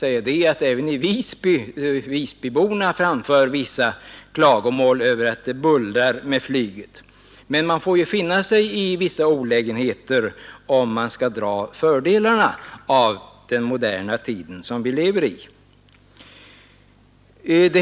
Även Visbyborna framför klagomål över flygbuller, men man får ju finna sig i vissa olägenheter, om man skall dra fördelarna av den moderna tid som vi lever i.